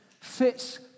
fits